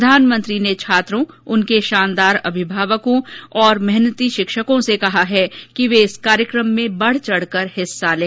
प्रधानमंत्री ने छात्रों उनके शानदार अभिभावकों तथा मेहनती शिक्षकों से कहा कि वे इस कार्यक्रम में बढचढकर हिस्सा लें